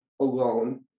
alone